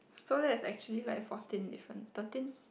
so there's actually like fourteen difference thirteen